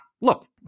look